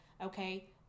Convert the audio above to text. okay